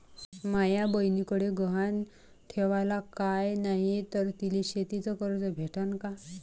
माया बयनीकडे गहान ठेवाला काय नाही तर तिले शेतीच कर्ज भेटन का?